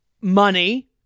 money